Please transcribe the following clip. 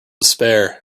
despair